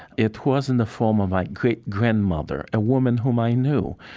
it was in the form of my great grandmother, a woman whom i knew.